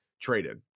traded